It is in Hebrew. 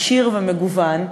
עשיר ומגוון,